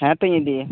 ᱦᱮᱸ ᱛᱚᱧ ᱤᱫᱤᱭᱟ